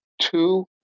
two